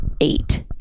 eight